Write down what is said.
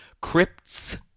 Crypts